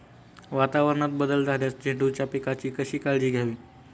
वातावरणात बदल झाल्यास झेंडूच्या पिकाची कशी काळजी घ्यावी?